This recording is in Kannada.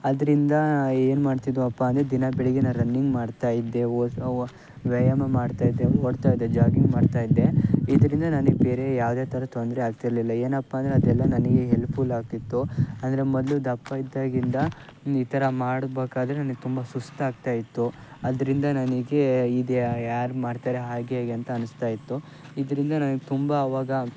ಅದರಿಂದ ಏನು ಮಾಡ್ತಿದ್ವಪ್ಪ ಅಂದರೆ ದಿನ ಬೆಳಿಗ್ಗೆ ನಾ ರನ್ನಿಂಗ್ ಮಾಡ್ತಾ ಇದ್ದೆ ವ್ಯಾಯಾಮ ಮಾಡ್ತಾ ಇದ್ದೆ ಓಡ್ತಾ ಇದ್ದೆ ಜಾಗಿಂಗ್ ಮಾಡ್ತಾ ಇದ್ದೆ ಇದರಿಂದ ನನಿಗೆ ಬೇರೆ ಯಾವುದೇ ಥರ ತೊಂದರೆ ಆಗ್ತಿರಲಿಲ್ಲ ಏನಪ್ಪ ಅಂದರೆ ಅದೆಲ್ಲ ನನಗೆ ಹೆಲ್ಪ್ಫುಲ್ ಆಗ್ತಿತ್ತು ಅಂದರೆ ಮೊದಲು ದಪ್ಪ ಇದ್ದಾಗಿಂದ ಈ ಥರ ಮಾಡಬೇಕಾದ್ರೆ ನನಿಗೆ ತುಂಬ ಸುಸ್ತು ಆಗ್ತಾ ಇತ್ತು ಅದರಿಂದ ನನಗೆ ಇದು ಯಾರು ಮಾಡ್ತಾರೆ ಹಾಗೆ ಹೀಗೆ ಅಂತ ಅನಿಸ್ತಾ ಇತ್ತು ಇದರಿಂದ ನನಿಗೆ ತುಂಬ ಆವಾಗ